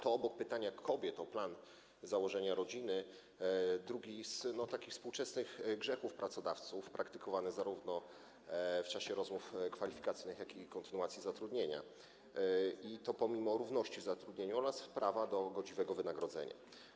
To obok pytania kobiet o plan założenia rodziny drugi ze współczesnych grzechów pracodawców praktykowany zarówno w czasie rozmów kwalifikacyjnych, jak i kontynuacji zatrudnienia, i to pomimo równości w zatrudnieniu oraz prawa do godziwego wynagrodzenia.